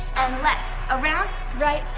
and left, around, right,